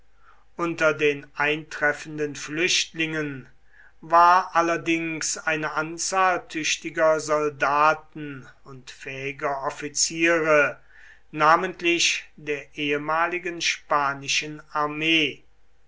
unter den eintreffenden flüchtlingen war allerdings eine anzahl tüchtiger soldaten und fähiger offiziere namentlich der ehemaligen spanischen armee